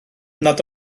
nad